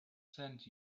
sent